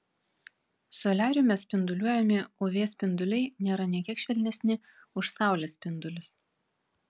soliariume spinduliuojami uv spinduliai nėra nė kiek švelnesni už saulės spindulius